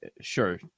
sure